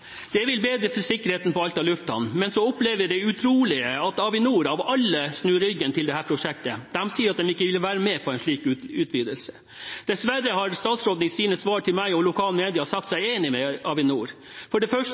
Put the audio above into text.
Det vil bedre sikkerheten på Alta lufthavn. Men så opplever vi det utrolige at Avinor, av alle, snur ryggen til dette prosjektet. De sier at de ikke vil være med på en slik utvidelse. Dessverre har statsråden i sine svar til meg og lokale media sagt seg enig med Avinor. For det første